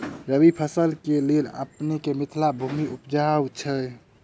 रबी फसल केँ लेल अपनेक मिथिला भूमि उपजाउ छै